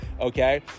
okay